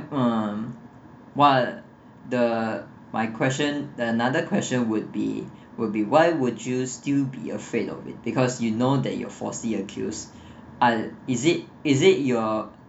then um what the my question the another question would be will be why would you still be afraid of it because you know that you are falsely accused uh is it is it you're